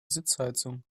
sitzheizung